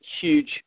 huge